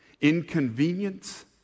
inconvenience